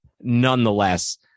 Nonetheless